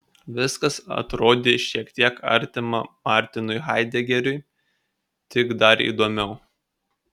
viskas atrodė šiek tiek artima martinui haidegeriui tik dar įdomiau